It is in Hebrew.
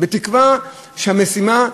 בתקווה שהמשימה,